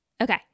okay